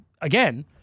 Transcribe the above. again